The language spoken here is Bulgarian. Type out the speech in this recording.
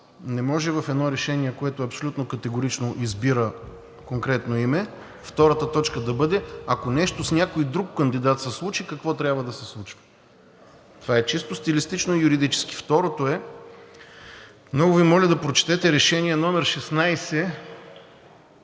Не може в едно решение, което абсолютно категорично избира конкретно име, втората точка да бъде, ако нещо с някой друг кандидат се случи, какво трябва да се случва. Това е чисто стилистично юридически. Второ. Много Ви моля да прочетете Решение № 16